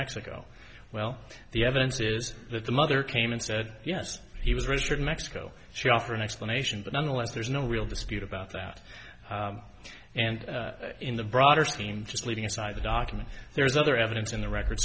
mexico well the evidence is that the mother came and said yes he was registered in mexico she offer an explanation but nonetheless there's no real dispute about that and in the broader scheme just leaving aside the document there's other evidence in the record